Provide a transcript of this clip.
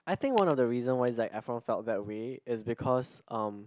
I think one of the reason why Zac Efron felt that way is because um